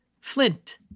Flint